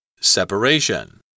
Separation